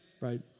Right